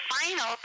final